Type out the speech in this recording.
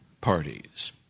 parties